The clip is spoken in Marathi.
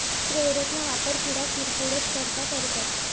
स्प्रेयरस ना वापर किडा किरकोडस करता करतस